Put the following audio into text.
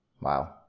wow